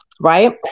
right